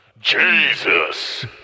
Jesus